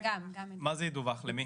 מה זה ידווח, למי?